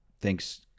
thanks